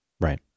Right